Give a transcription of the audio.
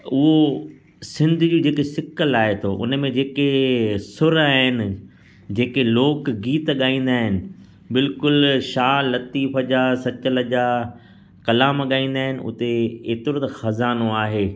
उहो सिंधी कि जेके सिक लाहे थो उन में जेके सुर आहिनि जेके लोक गीत ॻाईंदा आहिनि बिल्कुलु शाह लतीफ़ जा सचल जा क़लाम ॻाईंदा आहिनि उते एतिरो त खज़ानो आहे